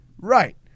Right